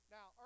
Now